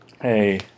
Hey